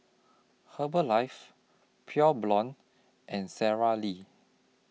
Herbalife Pure Blonde and Sara Lee